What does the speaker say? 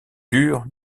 dur